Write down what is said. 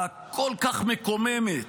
הכול-כך מקוממת,